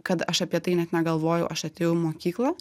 kad aš apie tai net negalvojau aš atėjau į mokyklą